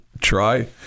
Try